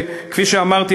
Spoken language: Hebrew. כפי שאמרתי,